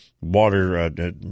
water